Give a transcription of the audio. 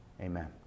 Amen